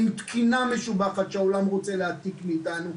עם תקינה משובחת שהעולם רוצה להעתיק מאיתנו,